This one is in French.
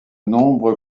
nombre